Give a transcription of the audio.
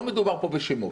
לא מדובר פה בשמות.